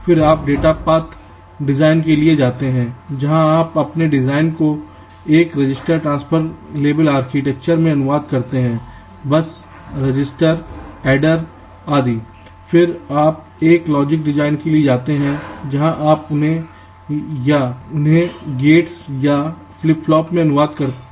फिर आप डेटा पथ डिजाइन के लिए जाते हैं जहां आप अपने डिजाइन को एक रजिस्टर ट्रांसफर लेवल आर्किटेक्चर में अनुवाद करते हैं बस रजिस्टर अड्डेर आदि फिर आप एक लॉजिक डिज़ाइन के लिए जाते हैं जहाँ आप उन्हें Gates या Flip flops में अनुवाद करेंगे